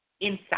inside